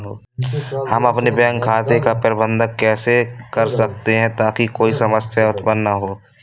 हम अपने बैंक खाते का प्रबंधन कैसे कर सकते हैं ताकि कोई समस्या उत्पन्न न हो?